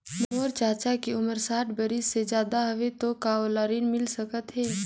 मोर चाचा के उमर साठ बरिस से ज्यादा हवे तो का ओला ऋण मिल सकत हे?